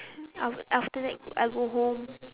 after after that I go home